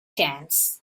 chance